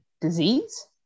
disease